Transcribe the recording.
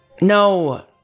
No